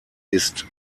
ist